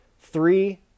Three